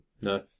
No